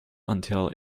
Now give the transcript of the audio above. until